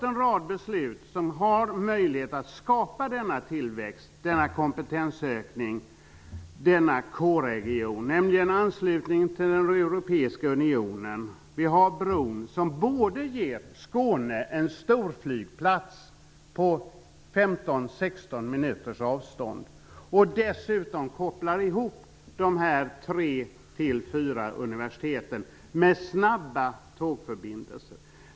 En rad beslut har gett oss möjlighet att skapa denna tillväxt, kompetenshöjning och K-region. Det handlar om anslutningen till den europeiska unionen. Den här bron ger Skåne en storflygplats på ca 15 minuters avstånd. Dessutom kopplas de 3-4 universiteten ihop med snabba tågförbindelser.